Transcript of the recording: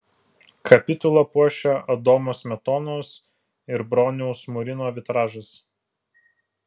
kapitulą puošią adomo smetonos ir broniaus murino vitražas